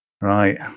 right